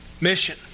Mission